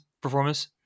Performance